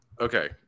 Okay